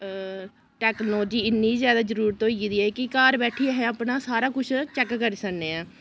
technology इ'न्नी जैदा जरूरत होई गेदी ऐ कि घर बैठियै आहें अपना सारा कुछ चैक करी सकने आं